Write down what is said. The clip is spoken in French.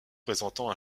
présentant